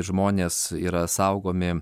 žmonės yra saugomi